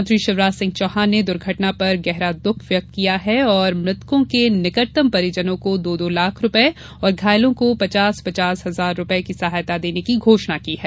मुख्यमंत्री शिवराज सिंह चौहान ने दुर्घटना पर गहरा दुख व्यक्त किया है और हताहतों के निकटतम परिजनों को दो दो लाख रूपये और घायलों को पचास पचास हजार रूपये की सहायता देने की घोषणा की है